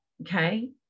okay